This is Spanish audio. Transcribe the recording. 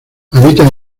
habita